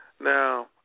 Now